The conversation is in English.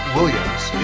Williams